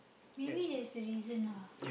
maybe there's a reason lah